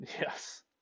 Yes